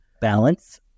balance